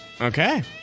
Okay